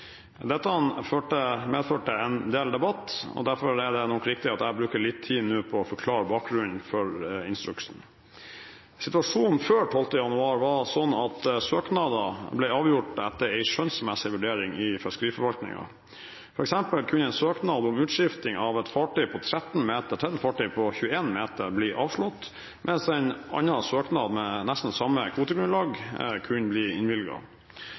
Dette medførte en del debatt, og derfor er det nok riktig at jeg nå bruker litt tid på å forklare bakgrunnen for instruksen. Situasjonen før 12. januar var at søknader ble avgjort etter en skjønnsmessig vurdering i fiskeriforvaltningen. For eksempel kunne en søknad om utskifting av et fartøy på 13 meter til et fartøy på 21 meter bli avslått, mens en annen søknad med nesten samme kvotegrunnlag kunne bli